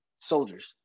soldiers